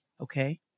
Okay